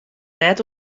net